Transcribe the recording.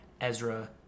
Ezra